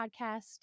podcast